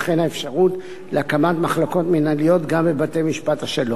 האפשרות להקמת מחלקות מינהליות גם בבתי-משפט השלום.